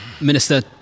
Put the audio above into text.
Minister